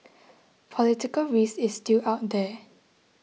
political risk is still out there